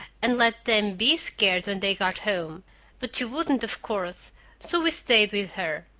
and let them be scared when they got home but she wouldn't, of course so we stayed with her.